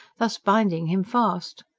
thus binding him fast.